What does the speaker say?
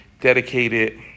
dedicated